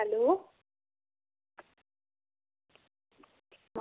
hello